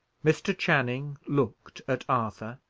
mr. channing looked at arthur,